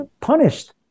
punished